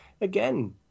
again